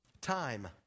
Time